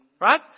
right